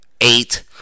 eight